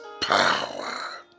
power